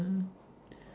mm